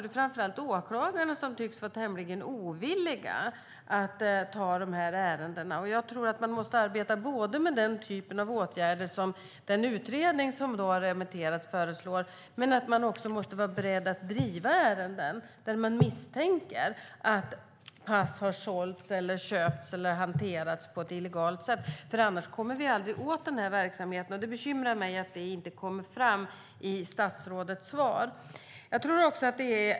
Det är framför allt åklagarna som tycks vara tämligen ovilliga att ta de här ärendena. Jag tror att man måste arbeta med den typen av åtgärder som utredningen som remitterats föreslår men också vara beredd att driva ärenden där det finns misstanke om att pass har sålts, köpts eller hanterats illegalt, för annars kommer vi inte åt den här verksamheten. Det bekymrar mig att det inte kommer fram i statsrådets svar.